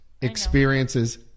experiences